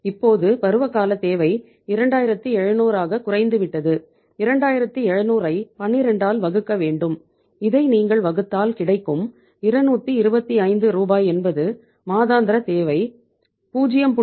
இப்போது பருவகால தேவை 2700 ஆக குறைந்துவிட்டது 2700 ஐ 12 ஆல் வகுக்க வேண்டும் இதை நீங்கள் வகுத்தால் கிடைக்கும் 225 ரூபாய் என்பது மாதாந்திர தேவை 0